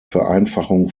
vereinfachung